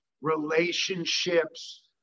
relationships